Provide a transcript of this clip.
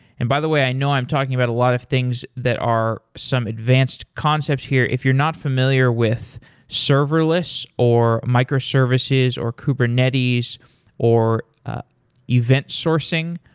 and by the way, i know i'm talking about a lot of things that are some advanced concepts here. if you're not familiar with serverless or micro-services or kubernetes or you ah event sourcing,